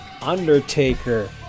Undertaker